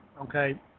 okay